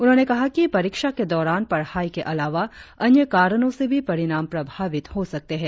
उन्होंने कहा कि परीक्षा के दौरान पढ़ाई के अलावा अन्य कारणों से भी परिणाम प्रभावित हो सकते है